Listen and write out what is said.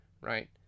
right